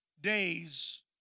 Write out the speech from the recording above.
days